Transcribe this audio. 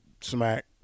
smack